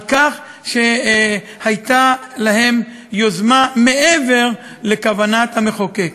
על כך שהייתה להם יוזמה מעבר לכוונת המחוקק.